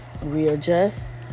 readjust